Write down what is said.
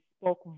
spoke